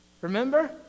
Remember